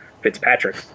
Fitzpatrick